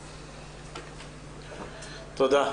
תודה.